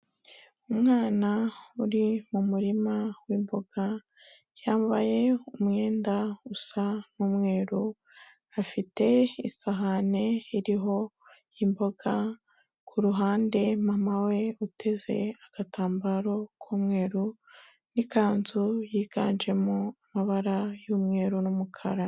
Umwana uri mu murima w'imboga, yambaye umwenda usa n'umweru, afite isahani iriho imboga, ku ruhande mama we uteze agatambaro k'umweru n'ikanzu yiganje mu mabara y'umweru n'umukara.